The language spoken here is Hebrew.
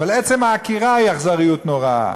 אבל עצם העקירה היא אכזריות נוראה,